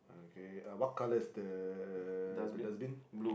okay uh what colour is the the dustbin